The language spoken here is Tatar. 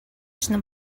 эшне